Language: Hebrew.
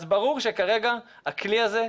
אז ברור שכרגע הכלי הזה,